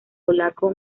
polaco